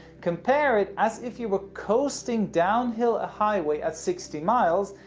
compare it as if you were coasting downhill a highway at sixty miles,